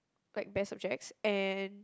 like best subjects and